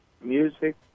Music